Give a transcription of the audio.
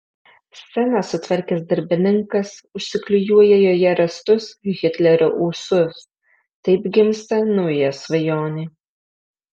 sceną sutvarkęs darbininkas užsiklijuoja joje rastus hitlerio ūsus taip gimsta nauja svajonė